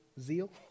zeal